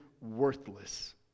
worthless